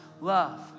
love